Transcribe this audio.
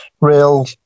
real